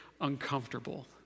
uncomfortable